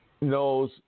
knows